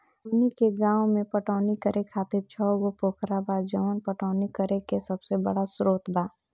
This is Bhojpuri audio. हमनी के गाँव में पटवनी करे खातिर छव गो पोखरा बा जवन पटवनी करे के सबसे बड़ा स्रोत बा